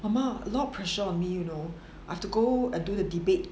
mama a lot of pressure on me you know I have to go and do the debate